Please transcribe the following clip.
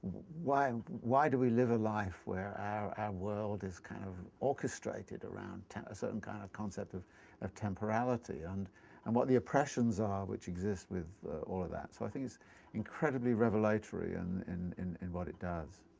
why why do we live a life where our our world is kind of orchestrated around a certain kind of concept of of temporality, and and what the oppressions are which exist with all of that. so, i think it's incredibly revelatory and in in what it does.